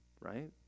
right